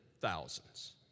thousands